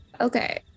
Okay